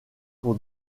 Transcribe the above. pour